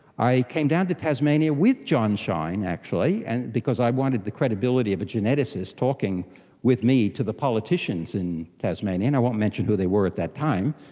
i came down to tasmania with john shine actually and because i wanted the credibility of a geneticist talking with me to the politicians in tasmania, and i won't mention who they were at that time,